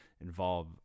involve